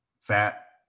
fat